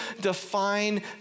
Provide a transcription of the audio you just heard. define